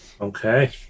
Okay